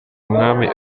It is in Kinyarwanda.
umwami